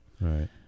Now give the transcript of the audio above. right